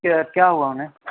کہ کیا ہوا انہیں